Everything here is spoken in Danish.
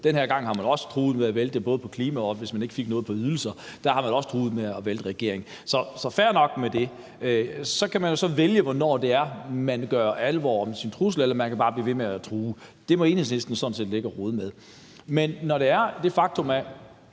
Den her gang har man også truet med at vælte både på klimaet og, hvis man ikke fik noget, på ydelser. Der har man også truet med at vælte regeringen. Så fair nok med det. Så kan man jo vælge, hvornår man vil gøre alvor af sin trussel, eller man kan bare blive ved med at true. Det må Enhedslisten sådan set ligge og rode med. Men når der er det faktum,